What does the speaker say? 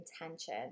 intention